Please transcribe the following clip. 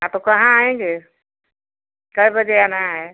हाँ तो कहाँ आएँगे कए बजे आना है